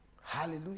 hallelujah